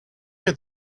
had